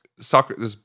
Soccer